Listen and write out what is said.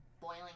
boiling